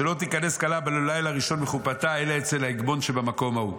שלא תיכנס כלה בלילה הראשון מחופתה אלא אצל ההגמון שבמקום ההוא.